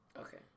Okay